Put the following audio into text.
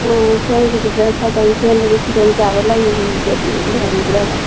ꯑꯪ ꯁꯣꯝꯒꯤꯗꯨꯗ ꯁꯥꯏꯀꯟ ꯁꯦꯝꯕꯒꯤ ꯈꯨꯗꯣꯡ ꯆꯥꯕ ꯂꯩ ꯂꯩꯕ꯭ꯔꯥꯕ